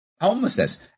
homelessness